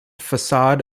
facade